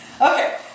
Okay